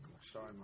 Sorry